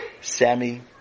Sammy